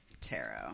tarot